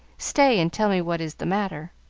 stay, and tell me what is the matter.